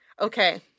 Okay